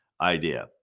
idea